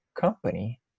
company